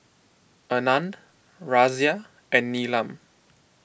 Anand Razia and Neelam